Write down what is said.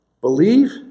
believe